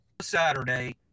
Saturday